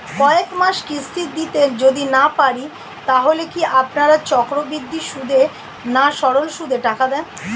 কয়েক মাস কিস্তি দিতে যদি না পারি তাহলে কি আপনারা চক্রবৃদ্ধি সুদে না সরল সুদে টাকা দেন?